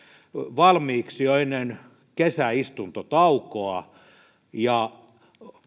valmiiksi jo ennen kesäistuntotaukoa ja